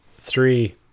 three